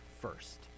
first